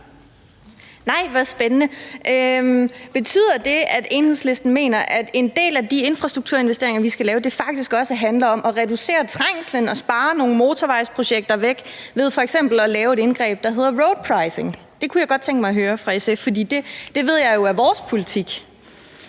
Betyder det, at Enhedslisten mener, at en del af de infrastrukturinvesteringer, vi skal lave, faktisk også handler om at reducere trængslen og spare nogle motorvejsprojekter væk ved f.eks. at lave et indgreb, der hedder roadpricing? Det kunne jeg godt tænke mig at høre fra SF's side. For det ved jeg jo er vores politik.